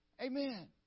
Amen